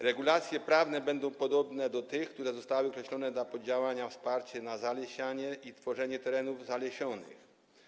Regulacje prawne będą podobne do tych, które zostały określone dla poddziałania: Wsparcie na zalesianie i tworzenie terenów zalesionych.